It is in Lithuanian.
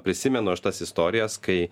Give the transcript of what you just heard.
prisimenu aš tas istorijas kai